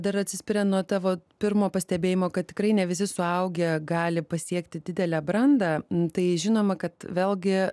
dar atsispiria nuo tavo pirmo pastebėjimo kad tikrai ne visi suaugę gali pasiekti didelę brandą tai žinoma kad vėlgi